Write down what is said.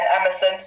Emerson